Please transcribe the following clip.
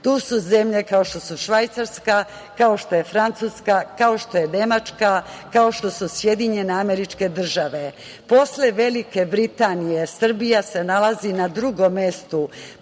To su zemlje kao što su Švajcarska, kao što je Francuska, kao što je Nemačka, kao što su SAD. Posle Velike Britanije, Srbija se nalazi na drugom mestu